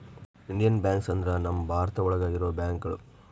Indian banks ಅಂದ್ರ ನಮ್ ಭಾರತ ಒಳಗ ಇರೋ ಬ್ಯಾಂಕ್ಗಳು